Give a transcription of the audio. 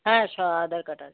হ্যাঁ so Aadhaar card আছে